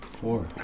Four